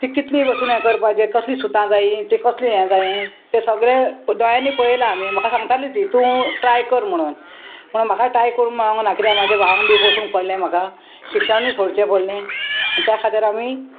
ती कितली बसून हें करपाचें कसलीं सुतां जायी तीं कसलीं हें जायें तें सगळें दोळ्यांनी पळयलां आमी म्हाका सांगतालीं ती तूं ट्राय कर म्हणून म्हुणून म्हाका ट्राय करूं मेळोंक ना किद्या म्हाज्या भावांक बी बसूंक पडलें म्हाका शिक्षणूय सोडचें पडलें आनी त्या खातीर आमी